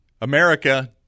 America